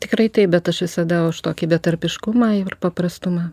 tikrai taip bet aš visada už tokį betarpiškumą ir paprastumą